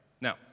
Now